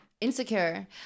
Insecure